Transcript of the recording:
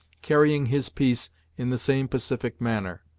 carrying his piece in the same pacific manner,